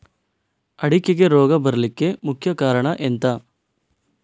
ಅಡಿಕೆಗೆ ರೋಗ ಬರ್ಲಿಕ್ಕೆ ಮುಖ್ಯ ಕಾರಣ ಎಂಥ?